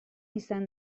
izan